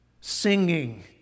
singing